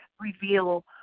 reveal